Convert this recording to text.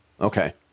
Okay